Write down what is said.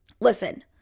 listen